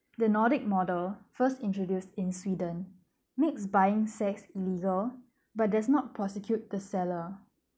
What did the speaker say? the nordic model first introduce in sweden makes buying sex illegal but that's not prosecute the seller